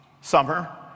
Summer